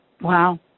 Wow